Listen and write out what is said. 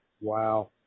wow